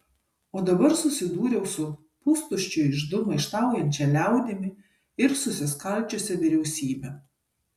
o dabar susidūriau su pustuščiu iždu maištaujančia liaudimi ir susiskaldžiusia vyriausybe